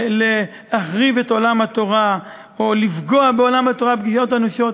להחריב את עולם התורה או לפגוע בעולם התורה פגיעות אנושות,